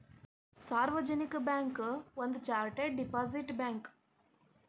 ಸಾರ್ವಜನಿಕ ಬ್ಯಾಂಕ್ ಒಂದ chartered depository bank